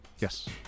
Yes